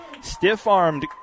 Stiff-armed